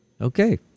Okay